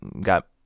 got